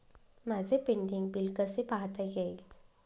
माझे pending bill कसे पाहता येईल?